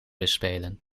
bespelen